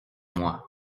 moi